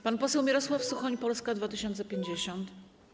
Pan poseł Mirosław Suchoń, Polska 2050.